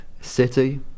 City